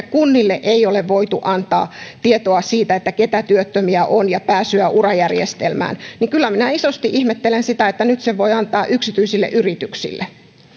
kunnille ei vaikkapa ole voitu antaa tietoa siitä keitä työttömiä on ja pääsyä urajärjestelmään kyllä minä isosti ihmettelen sitä että jos nyt tiedot voi antaa yksityisille yrityksille